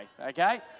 okay